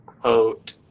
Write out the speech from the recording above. quote